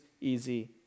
easy